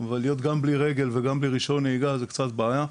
אבל להיות גם בלי רגל וגם בלי רישיון נהיגה זה קצת בעיה.